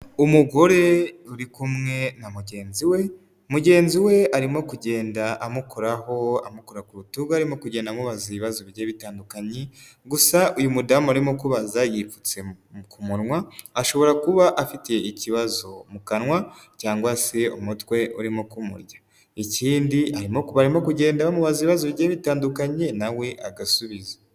Umugore uri kumwe na mugenzi we. Mugenzi we arimo kugenda amukoraho amukora ku rutugu ari mu kugenda amubaza ibibazo bigiye bitandukanye. Gusa uyu mudamu arimo kubaza yipfutse ku munwa ashobora kuba afite ikibazo mu kanwa cyangwa se umutwe urimo kumurya. Ikindi barimo kugenda bamubaza ibibazo bigiye bitandukanye na we agasubiza.